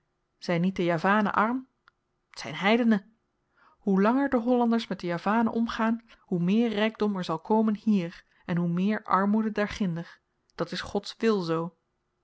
zyn niet de javanen arm t zyn heidenen hoe langer de hollanders met de javanen omgaan hoe meer rykdom er zal komen hier en hoe meer armoede daarginder dat is gods wil zoo